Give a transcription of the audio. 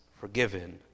forgiven